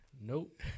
nope